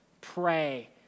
pray